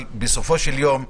אבל בסופו של יום,